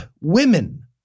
women